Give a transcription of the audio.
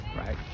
right